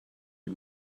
die